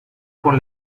con